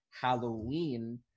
Halloween